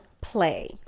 play